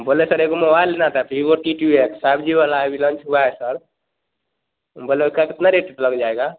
बोले सर एक मोबाइल लेना था Vivo T two X five G वाला है अभी लान्च हुआ है सर बोले उसका कितना रेट लग जाएगा